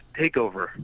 takeover